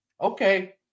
okay